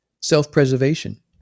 self-preservation